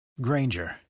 Granger